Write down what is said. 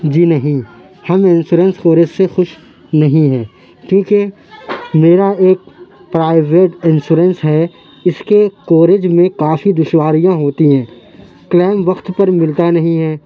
جی نہیں ہم insurance coverage سے خوش نہیں ہیں کیوں کہ میرا ایک پرائیویٹ انشورنس ہے اِس کے کوریج میں کافی دشواریاں ہوتی ہیں کلیم وقت پر ملتا نہیں ہے